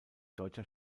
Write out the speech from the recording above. deutscher